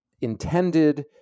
intended